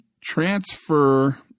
transfer